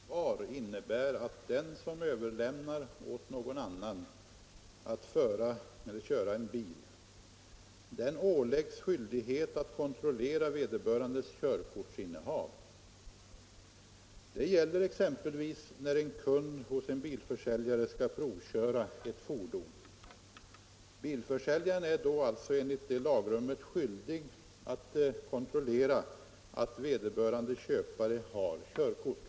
Nr 31 Herr talman! Det lagrum som jag nämnde i mitt svar innebär att den Torsdagen den som överlämnar åt någon annan att köra en bil åläggs skyldighet att 6 mars 1975 kontrollera vederbörandes körkortsinnehav. Det gäller exempelvis när en kund hos en bilförsäljare skall provköra ett fordon. Bilförsäljaren är Om förenklat alltså enligt detta lagrum skyldig att kontrollera att vederbörande köpare = förfarandeivissafall har körkort.